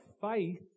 Faith